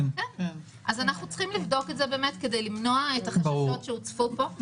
אז אנחנו צריכים לבדוק את זה כדי למנוע את החששות שהוצפו פה.